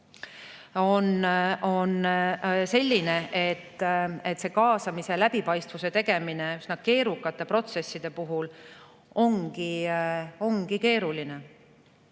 on selline, et kaasamise läbipaistvamaks tegemine üsna keerukate protsesside puhul ongi keeruline.